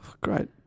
great